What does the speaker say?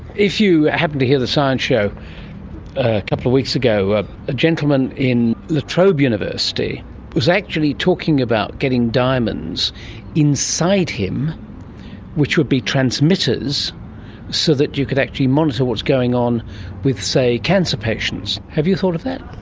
if you happened to hear the science show a couple of weeks ago, ah a gentleman in latrobe university was actually talking about getting diamonds inside him which would be transmitters so that you could actually monitor what's going on with, say, cancer patients. have you thought of that?